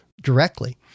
directly